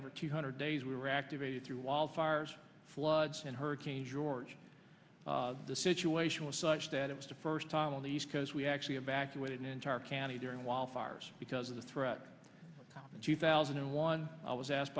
over two hundred days we were activated through wildfires floods and hurricane george the situation was such that it was the first time on the east coast we actually evacuated entire candy during wildfires because of the threat in two thousand and one i was asked